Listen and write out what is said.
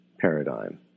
paradigm